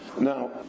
Now